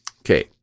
Okay